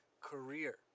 career